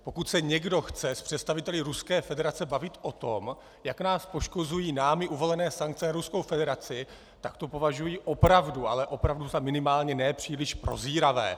Pokud se někdo chce s představiteli Ruské federace bavit o tom, jak nás poškozují námi uvalené sankce na Ruskou federaci, tak to považuji opravdu, ale opravdu za minimálně nepříliš prozíravé.